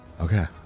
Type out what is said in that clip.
okay